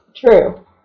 true